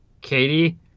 Katie